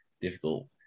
difficult